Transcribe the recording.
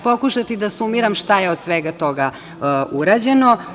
Pokušaću da sumiram šta je od svega toga urađeno.